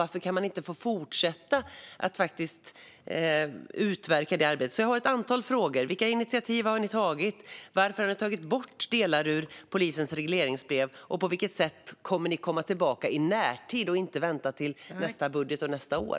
Varför kan man inte få fortsätta att utföra det arbetet? Jag har alltså ett antal frågor: Vilka initiativ har ni tagit? Varför har ni tagit bort delar ur polisens regleringsbrev? På vilket sätt kommer ni att komma tillbaka i närtid så att det inte får vänta till nästa budget och nästa år?